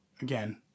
Again